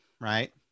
right